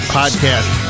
podcast